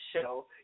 show